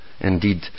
Indeed